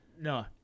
no